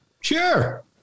Sure